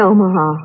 Omaha